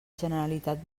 generalitat